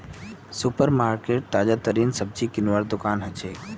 super market ताजातरीन सब्जी किनवार दुकान हछेक